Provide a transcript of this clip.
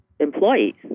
employees